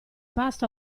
pasto